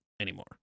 anymore